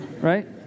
Right